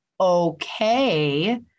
okay